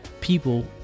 people